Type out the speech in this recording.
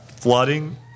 flooding